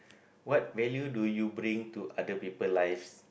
what value do you bring to other people lives